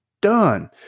Done